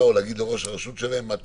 או להגיד לראש הרשות שלהם מה תסגור,